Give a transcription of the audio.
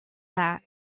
that